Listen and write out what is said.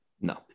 no